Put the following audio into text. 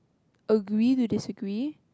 agree to disagree